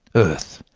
earth,